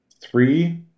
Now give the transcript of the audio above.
three